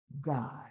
God